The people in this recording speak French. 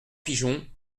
pigeons